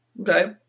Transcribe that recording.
Okay